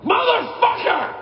Motherfucker